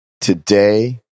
Today